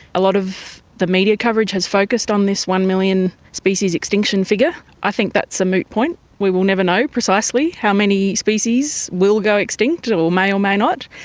a lot of the media coverage has focused on this one million species extinction figure. i think that's a moot point, we will never know precisely how many species will go extinct and or may or may not.